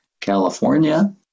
California